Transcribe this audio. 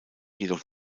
jedoch